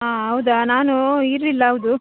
ಹಾಂ ಹೌದಾ ನಾನು ಇರಲಿಲ್ಲ ಹೌದು